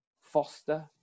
Foster